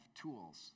tools